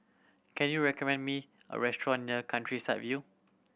can you recommend me a restaurant near Countryside View